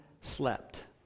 slept